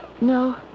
No